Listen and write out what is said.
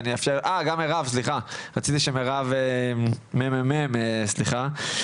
רציתי שמירב מהממ"מ סליחה,